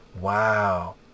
wow